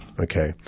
Okay